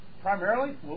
primarily